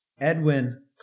Edwin